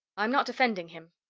i'm not defending him.